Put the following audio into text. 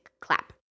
clap